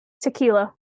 tequila